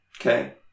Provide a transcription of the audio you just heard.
Okay